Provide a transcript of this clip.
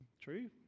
True